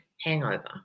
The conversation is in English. hangover